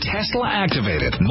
Tesla-activated